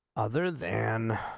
other than